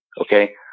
okay